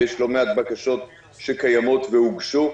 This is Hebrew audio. ויש לא מעט בקשות קיימות והוגשו.